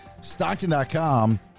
Stockton.com